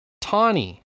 Tawny